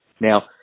Now